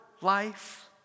life